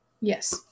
yes